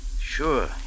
Sure